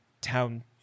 town